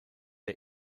der